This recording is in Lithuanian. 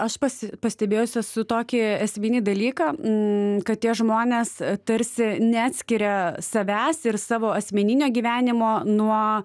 aš pasi pastebėjus esu tokį esminį dalyką kad tie žmonės tarsi neatskiria savęs ir savo asmeninio gyvenimo nuo